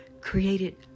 created